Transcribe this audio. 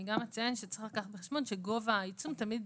אני אציין שצריך לקחת בחשבון שגובה העיצום תמיד